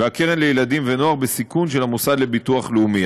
והקרן לילדים ונוער בסיכון של המוסד לביטוח לאומי.